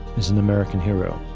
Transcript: is an american hero.